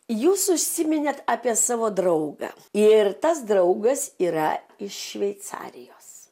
jūs užsiminėt apie savo draugą ir tas draugas yra iš šveicarijos